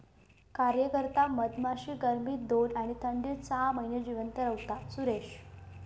कार्यकर्ता मधमाशी गर्मीत दोन आणि थंडीत सहा महिने जिवंत रव्हता, सुरेश